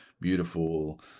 beautiful